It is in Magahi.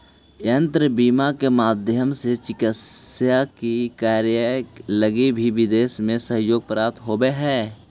यात्रा बीमा के माध्यम से चिकित्सकीय कार्य लगी भी विदेश में सहयोग प्राप्त होवऽ हइ